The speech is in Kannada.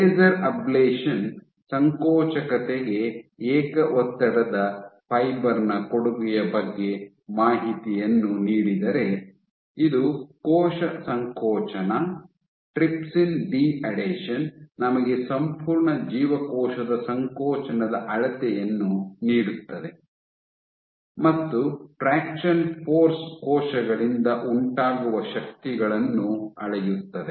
ಲೇಸರ್ ಅಬ್ಲೇಶನ್ ಸಂಕೋಚಕತೆಗೆ ಏಕ ಒತ್ತಡದ ಫೈಬರ್ ನ ಕೊಡುಗೆಯ ಬಗ್ಗೆ ಮಾಹಿತಿಯನ್ನು ನೀಡಿದರೆ ಇದು ಕೋಶ ಸಂಕೋಚನ ಟ್ರಿಪ್ಸಿನ್ ಡಿಅಡೆಷನ್ ನಮಗೆ ಸಂಪೂರ್ಣ ಜೀವಕೋಶದ ಸಂಕೋಚನದ ಅಳತೆಯನ್ನು ನೀಡುತ್ತದೆ ಮತ್ತು ಟ್ರಾಕ್ಷನ್ ಫೋರ್ಸ್ ಕೋಶಗಳಿಂದ ಉಂಟಾಗುವ ಶಕ್ತಿಗಳನ್ನು ಅಳೆಯುತ್ತದೆ